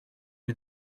lui